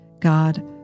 God